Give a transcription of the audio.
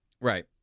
Right